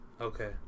Okay